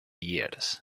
years